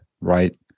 right